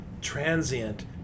transient